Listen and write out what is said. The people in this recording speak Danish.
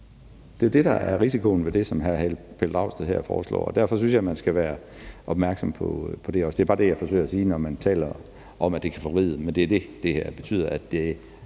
Det er jo det, der er risikoen ved det, som hr. Pelle Dragsted her foreslår, og derfor synes jeg også, at man skal være opmærksom på det, og det er bare det, jeg forsøger at sige, når man taler om, at det kan forvride. Men det her betyder, at det